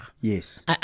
Yes